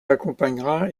accompagnera